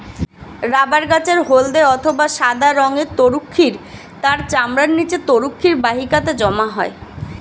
rubber গাছের হল্দে অথবা সাদা রঙের তরুক্ষীর তার চামড়ার নিচে তরুক্ষীর বাহিকাতে জমা হয়